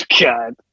God